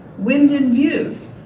wind and views.